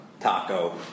Taco